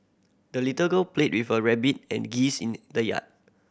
the little girl played with her rabbit and geese in the yard